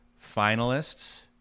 finalists